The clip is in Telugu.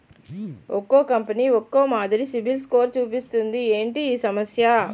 ఒక్కో కంపెనీ ఒక్కో మాదిరి సిబిల్ స్కోర్ చూపిస్తుంది ఏంటి ఈ సమస్య?